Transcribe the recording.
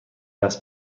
است